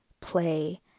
play